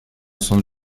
sans